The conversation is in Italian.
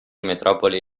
metropoli